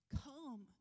come